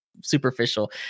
superficial